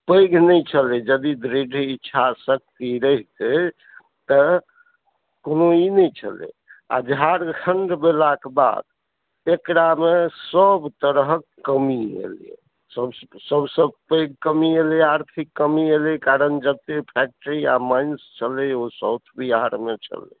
पैघ नहि छलै यदि दृढ़ ईच्छासँ रहितै तऽ कोनो ई नहि छलै आ झारखण्ड भेलाके बाद एकरामे सब तरहक कमी एलै सबसँ पैघ कमी एलै आर्थिक कमी एलै कारण जते फैक्ट्री आ माइन्स छलै ओ सब बिहारमे छलै